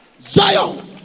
Zion